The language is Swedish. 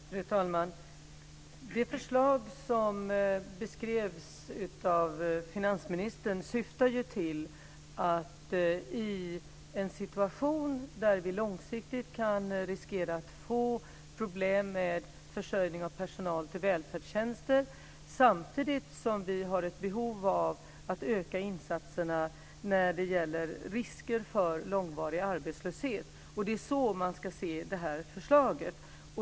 Fru talman! Det förslag som beskrevs av finansministern avser en situation där vi långsiktigt kan riskera att få problem att försörja välfärdstjänster med personal samtidigt som vi har ett behov av att öka insatserna när det gäller risker för långvarig arbetslöshet. Det är så man ska se det här förslaget.